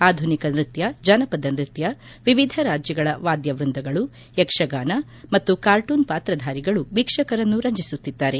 ಆಧುನಿಕ ನೃತ್ಯ ಜಾನಪದ ನೃತ್ಯ ವಿವಿಧ ರಾಜ್ಯಗಳ ವಾದ್ಯ ವೃಂದಗಳು ಯಕ್ಷಗಾನ ಮತ್ತು ಕಾರ್ಟೂನ್ ಪಾತ್ರಧಾರಿಗಳು ವೀಕ್ಷಕರನ್ನು ರಂಜಿಸುತ್ತಿದ್ದಾರೆ